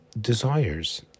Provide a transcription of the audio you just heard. desires